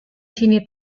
sini